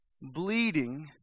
bleeding